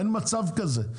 אין מצב כזה.